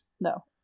No